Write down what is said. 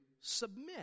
submit